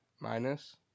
minus